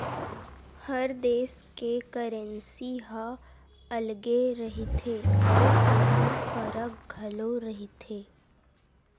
हर देस के करेंसी ह अलगे रहिथे अउ ओमा फरक घलो रहिथे